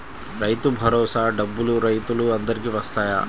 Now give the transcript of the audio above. రైతు భరోసా డబ్బులు రైతులు అందరికి వస్తాయా?